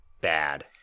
bad